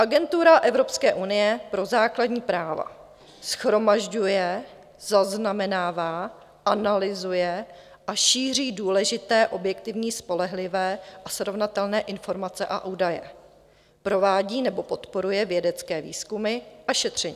Agentura Evropské unie pro základní práva shromažďuje, zaznamenává, analyzuje a šíří důležité objektivní, spolehlivé a srovnatelné informace a údaje, provádí nebo podporuje vědecké výzkumy a šetření.